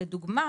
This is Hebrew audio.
לדוגמה